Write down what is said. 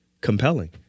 compelling